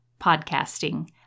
podcasting